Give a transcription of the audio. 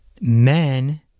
Men